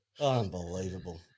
Unbelievable